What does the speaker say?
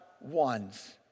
ones